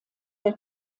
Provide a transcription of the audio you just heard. der